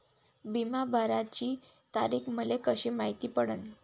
बिमा भराची तारीख मले कशी मायती पडन?